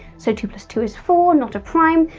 so, two plus two is four, not a prime.